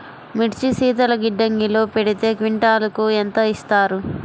మిర్చి శీతల గిడ్డంగిలో పెడితే క్వింటాలుకు ఎంత ఇస్తారు?